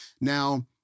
Now